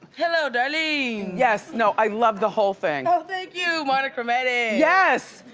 hello, darling. yes, no. i love the whole thing. oh, thank you. monochromatic. yes!